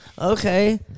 Okay